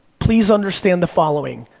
please understand the following.